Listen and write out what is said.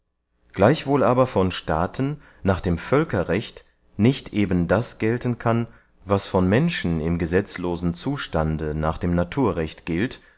gleichwohl aber von staaten nach dem völkerrecht nicht eben das gelten kann was von menschen im gesetzlosen zustande nach dem naturrecht gilt